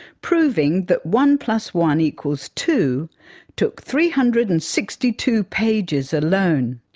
proving that one plus one equals two took three hundred and sixty two pages alone.